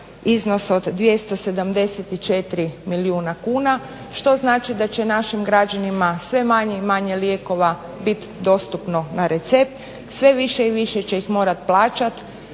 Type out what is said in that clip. iznos od 274 milijuna kuna što znači da će našim građanima sve manje i manje lijekova bit dostupno na recept. Sve više i više će ih morat plaćat,